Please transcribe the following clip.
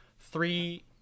three